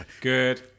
good